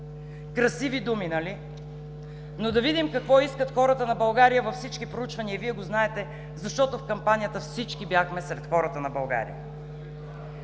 Красиви думи, нали? Но да видим какво искат хората на България във всички проучвания и Вие го знаете, защото в кампанията всички бяхме сред хората на България.